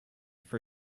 for